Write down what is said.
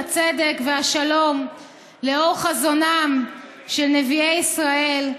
הצדק והשלום לאור חזונם של נביאי ישראל,